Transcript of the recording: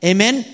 Amen